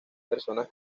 personas